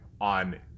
On